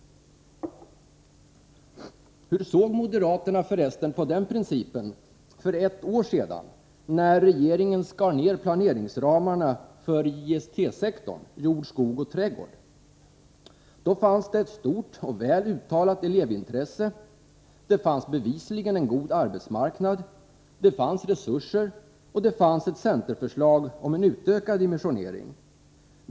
Hur såg moderaterna förresten på den principen för ett år sedan, när regeringen skar ned planeringsramarna för JST-sektorn, dvs. jord, skog och trädgård? Då fanns det ett stort och väl uttalat elvevintresse, det fanns bevisligen en god arbetsmarknad, det fanns resurser, och det fanns ett centerförslag om en utökad dimensionering.